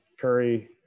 Curry